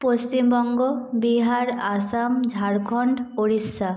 Paschimbanga Bihar Assam Jharkhand Odisha